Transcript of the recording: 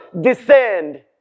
descend